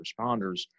responders